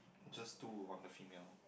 just two on the female